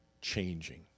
changing